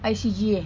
I_C_G eh